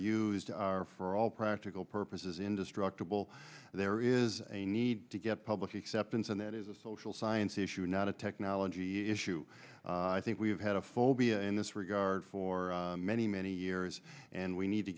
used for all practical purposes indestructible there is a need to get public acceptance and that is a social science issue not a technology issue i think we've had a phobia in this regard for many many years and we need to